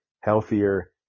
healthier